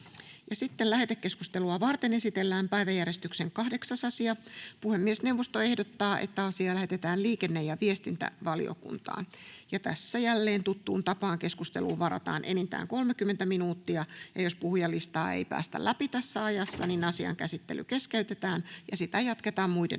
Content: Lähetekeskustelua varten esitellään päiväjärjestyksen 8. asia. Puhemiesneuvosto ehdottaa, että asia lähetetään liikenne- ja viestintävaliokuntaan. Tässä jälleen tuttuun tapaan keskusteluun varataan enintään 30 minuuttia. Jos puhujalistaa ei päästä läpi tässä ajassa, asian käsittely keskeytetään ja sitä jatketaan muiden asiakohtien